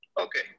okay